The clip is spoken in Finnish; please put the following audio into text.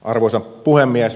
arvoisa puhemies